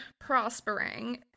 prospering